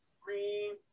Green